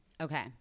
Okay